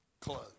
close